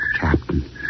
Captain